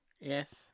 Yes